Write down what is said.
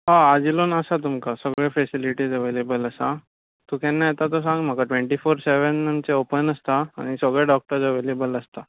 आ आजिलोन आसा तुमकां सगळे फॅसिलिटीज अवेलेबल आसा तूं केन्ना येता तो सांग म्हाका ट्वॅण्टी फोर सॅवॅन आमचें ओपन आसता आनी सगळे डॉक्टर्ज अवेलेबल आसता